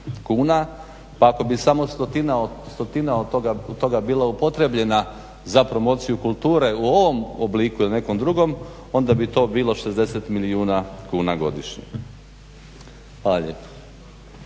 pa ako bi samo stotina od toga bila upotrijebljena za promociju kulture u ovom obliku ili nekom drugom onda bi to bilo 60 milijuna kuna godišnje. Hvala